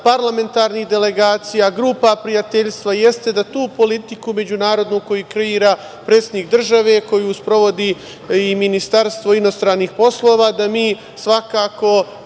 parlamentarnih delegacija, grupa prijateljstva jeste da tu politiku međunarodnu koju kreira predsednik države, koju sprovodi i Ministarstvo inostranih poslova, da mi svakako